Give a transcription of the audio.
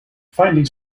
findings